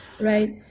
right